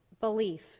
belief